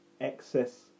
excess